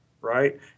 right